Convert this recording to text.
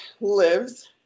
lives